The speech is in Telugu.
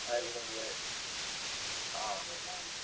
హైదరాబాద్ పోయే